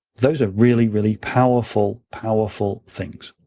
those are really, really powerful, powerful things.